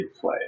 play